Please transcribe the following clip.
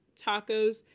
tacos